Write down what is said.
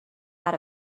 out